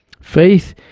Faith